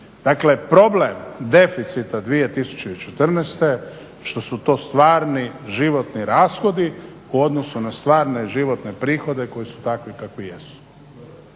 Dakle problem deficita 2014. što su to stvarni životni rashodi u odnosu na stvarne životne prihode koji su takvi kakvi jesu.